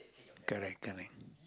correct correct